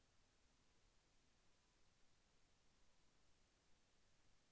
నేను ఏమయినా చిన్న పెట్టుబడిని బ్యాంక్లో పెట్టచ్చా?